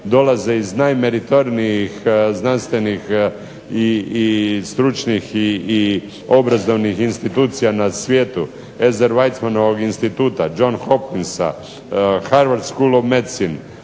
iz najmeritornijih znanstvenih i stručnih i obrazovnih institucija na svijetu, …/Ne razumije se./… instituta, "John Hopkinsa", Harward school of medicine.